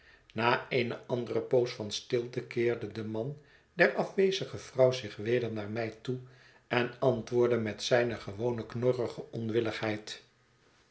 na eene andere poos van stilte keerde de man der afwezige vrouw zich weder naar mij toe en antwoordde met zijne gewone knorrige onwilligheid